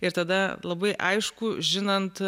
ir tada labai aišku žinant